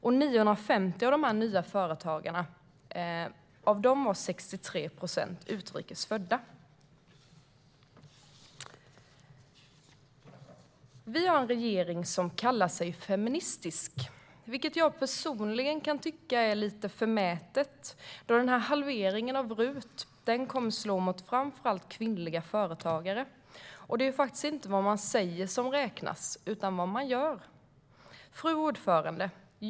Av de 950 nya företagarna var 63 procent utrikesfödda. Vi har en regering som kallar sig feministisk, vilket jag personligen kan tycka är lite förmätet då halveringen av RUT kommer att slå mot framför allt kvinnliga företagare. Det är ju faktiskt inte vad man säger som räknas utan vad man gör. Fru talman!